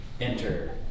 Enter